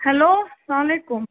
hello سلام علیکُم